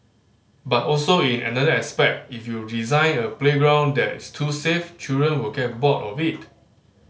but also in another aspect if you design a playground that's too safe children will get bored of it